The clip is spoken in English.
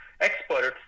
experts